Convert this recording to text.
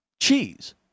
cheese